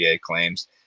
claims